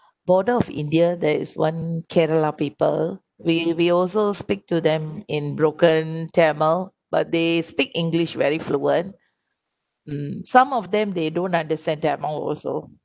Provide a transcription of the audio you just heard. border of india there is one kerala people we we also speak to them in broken tamil but they speak english very fluent mm some of them they don't understand tamil also